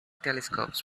telescopes